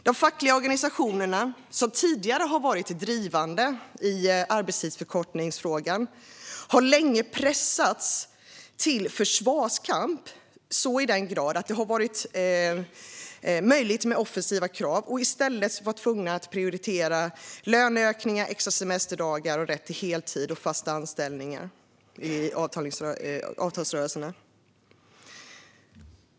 De fackliga organisationerna, som tidigare har varit drivande i arbetstidsförkortningsfrågan, har länge pressats till försvarskamp och i den mån det har varit möjligt med offensiva krav varit tvungna att i stället prioritera löneökningar, extra semesterdagar, rätt till heltid och fasta anställningar i avtalsrörelserna.